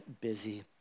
busy